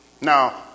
Now